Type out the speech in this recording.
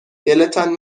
دلتان